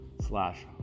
slash